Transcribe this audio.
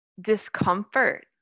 discomfort